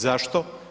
Zašto?